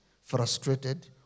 frustrated